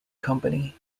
company